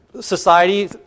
society